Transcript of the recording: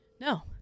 No